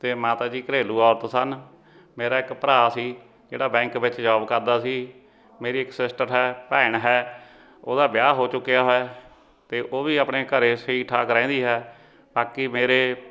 ਅਤੇ ਮਾਤਾ ਜੀ ਘਰੇਲੂ ਔਰਤ ਸਨ ਮੇਰਾ ਇੱਕ ਭਰਾ ਸੀ ਜਿਹੜਾ ਬੈਂਕ ਵਿੱਚ ਜੋਬ ਕਰਦਾ ਸੀ ਮੇਰੀ ਇੱਕ ਸਿਸਟਰ ਹੈ ਭੈਣ ਹੈ ਉਹਦਾ ਵਿਆਹ ਹੋ ਚੁੱਕਿਆ ਹੋਇਆ ਅਤੇ ਉਹ ਵੀ ਆਪਣੇ ਘਰ ਠੀਕ ਠਾਕ ਰਹਿੰਦੀ ਹੈ ਬਾਕੀ ਮੇਰੇ